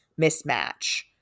mismatch